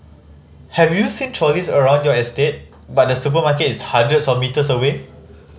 have you seen trolleys around your estate but the supermarket is hundreds of metres away